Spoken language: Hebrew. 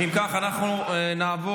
אם כך, אנחנו נעבור,